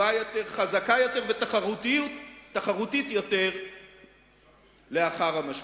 טובה יותר, חזקה יותר ותחרותית יותר לאחר המשבר.